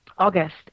August